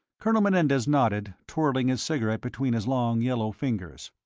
colonel menendez nodded, twirling his cigarette between his long, yellow fingers.